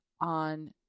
on